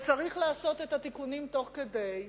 וצריך לעשות את התיקונים תוך כדי,